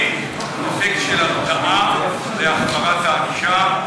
שאין אפקט של הרתעה בהחמרת הענישה,